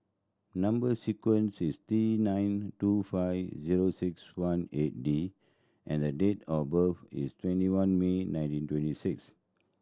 number sequence is T nine two five zero six one eight D and the date of birth is twenty one May nineteen twenty six